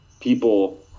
People –